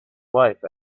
life